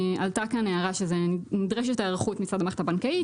עלתה כאן הערה שנדרשת היערכות מצד המערכת הבנקאית,